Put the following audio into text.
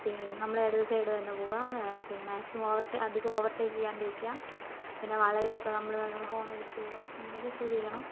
പിന്നെ നമ്മൾ ഇടത് സൈഡ് തന്നെ പോവുക പിന്നെ മാക്സിമം അധികം ഓവർടേക്ക് ചെയ്യാണ്ട് ഇരിക്കുക പിന്നെ വളവിലൊക്കെ നമ്മൾ നല്ലോണം ഹോൺ അടിച്ച് പോവുക അങ്ങനെയൊക്കെ ശ്രദ്ധിക്കണം